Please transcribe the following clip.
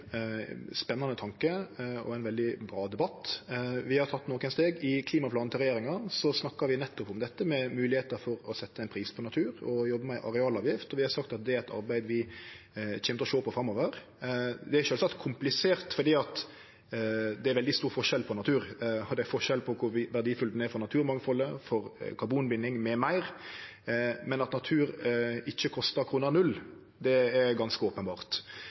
bra debatt. Vi har tatt nokre steg. I klimaplanen til regjeringa snakkar vi nettopp om dette med moglegheiter for å setje ein pris på natur og jobbe med arealavgift. Vi har sagt at det er eit arbeid vi kjem til å sjå på framover. Det er sjølvsagt komplisert fordi det er veldig stor forskjell på natur. Det er forskjell på kor verdfull den er for naturmangfaldet, for karbonbinding m.m. Men at natur ikkje kostar kroner null, det er ganske openbert,